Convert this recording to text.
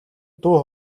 дуу